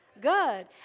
good